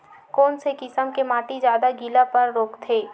कोन से किसम के माटी ज्यादा गीलापन रोकथे?